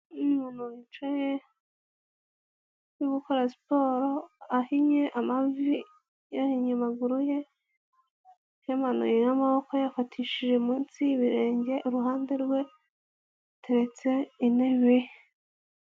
Umuntu wicaye, uri gukora siporo ahinnye amavi, yahinnye amaguruye, yamanuye n'amaboko yayafatishije munsi y'ibirenge, iruhande rwe hateretse intebe.